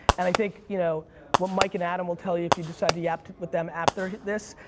and i think you know what mike and adam will tell you if you decide to yap with them after this,